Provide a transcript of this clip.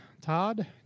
Todd